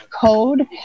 code